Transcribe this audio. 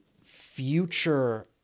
future